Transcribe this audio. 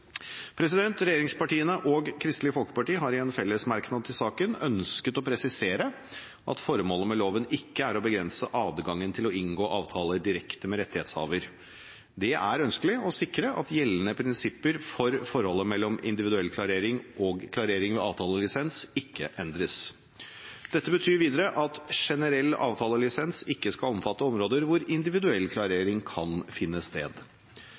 tilgjengelige. Regjeringspartiene og Kristelig Folkeparti har i en felles merknad til saken ønsket å presisere at formålet med loven ikke er å begrense adgangen til å inngå avtaler direkte med rettighetshaver. Det er ønskelig å sikre at gjeldende prinsipper for forholdet mellom individuell klarering og klarering ved avtalelisens ikke endres. Dette betyr videre at generell avtalelisens ikke skal omfatte områder hvor individuell klarering kan finne sted.